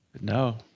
No